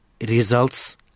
results